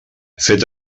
fet